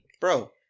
bro